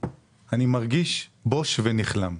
אני מרגיש בוש ונכלם.